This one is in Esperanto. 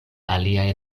aliaj